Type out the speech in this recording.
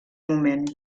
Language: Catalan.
moment